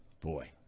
Boy